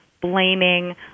blaming